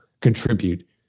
contribute